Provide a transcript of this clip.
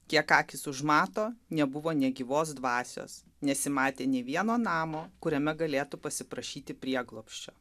kiek akys užmato nebuvo nė gyvos dvasios nesimatė nė vieno namo kuriame galėtų pasiprašyti prieglobsčio